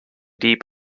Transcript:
deep